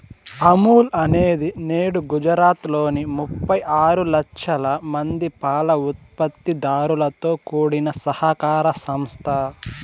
అమూల్ అనేది నేడు గుజరాత్ లోని ముప్పై ఆరు లక్షల మంది పాల ఉత్పత్తి దారులతో కూడిన సహకార సంస్థ